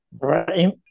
right